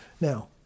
Now